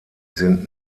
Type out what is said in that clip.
sind